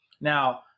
Now